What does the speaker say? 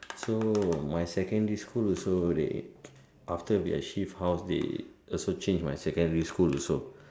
so my secondary school also they after we have shift house they also change my secondary school also